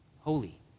holy